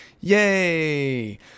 Yay